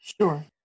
Sure